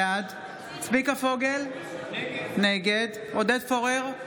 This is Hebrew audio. בעד צביקה פוגל, נגד עודד פורר,